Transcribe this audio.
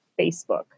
Facebook